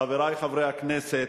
חברי חברי הכנסת,